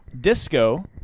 disco